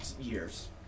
years